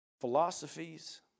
philosophies